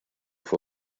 fue